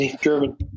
German